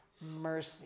mercy